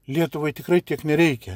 lietuvai tikrai tiek nereikia